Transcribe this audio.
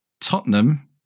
Tottenham